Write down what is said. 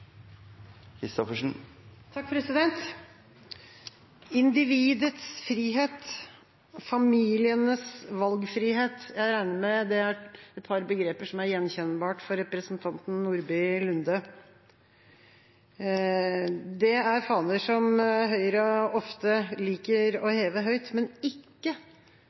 et par begreper som er gjenkjennbare for representanten Nordby Lunde. Det er faner som Høyre ofte liker å heve høyt, men ikke